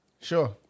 sure